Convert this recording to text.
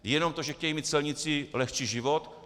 Jenom to, že chtějí mít celníci lehčí život?